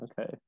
Okay